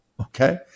Okay